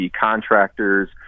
contractors